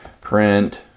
Print